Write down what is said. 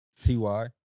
T-Y